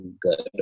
good